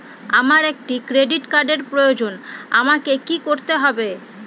আমার একটি ক্রেডিট কার্ডের প্রয়োজন আমাকে কি করতে হবে?